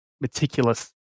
meticulous